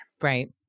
right